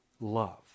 love